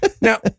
Now